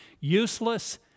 useless